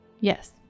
Yes